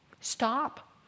stop